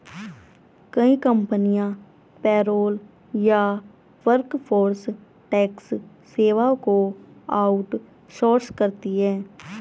कई कंपनियां पेरोल या वर्कफोर्स टैक्स सेवाओं को आउट सोर्स करती है